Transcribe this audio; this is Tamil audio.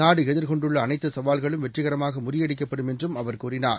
நாடுஎதிர்கொண்டுள்ள அனைத்துசவால்களும் வெற்றிகரமாகமுறியடிக்கப்படும் என்றும் அவர் கூறினார்